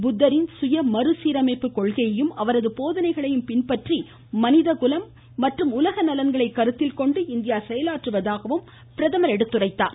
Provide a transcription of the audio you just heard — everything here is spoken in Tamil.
புத்தரின் சுய மறுசீரமைப்பு கொள்கையையும் அவரது போதனைகளையும் பின்பற்றி மனிதகுலம் மற்றும் உலக நலன்களை கருத்தில் கொண்டு இந்தியா செயலாற்றுவதாக தெரிவித்தார்